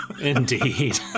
Indeed